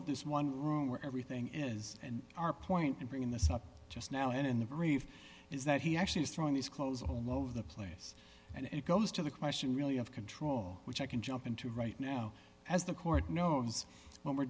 of this one room where everything is and our point in bringing this up just now and in the brief is that he actually is throwing these clothes all over the place and it goes to the question really of control which i can jump into right now as the court knows what we're